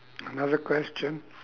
another question